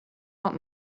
want